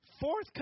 fourth